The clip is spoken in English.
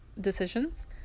decisions